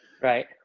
Right